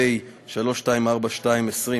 פ/3242/20,